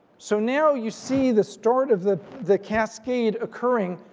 so now you see the start of the the cascade occurring.